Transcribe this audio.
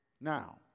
now